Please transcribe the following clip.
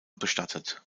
bestattet